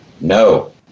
No